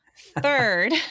third